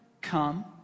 come